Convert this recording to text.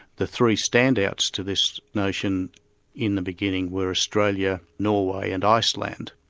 the three stand-outs to this notion in the beginning were australia, norway and iceland,